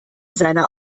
seiner